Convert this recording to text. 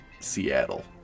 Seattle